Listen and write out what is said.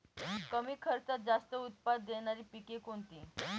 कमी खर्चात जास्त उत्पाद देणारी पिके कोणती?